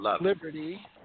liberty